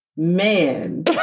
Man